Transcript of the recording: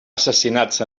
assassinats